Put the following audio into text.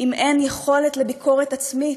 אם אין יכולת של ביקורת עצמית,